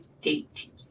date